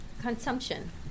consumption